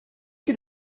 qui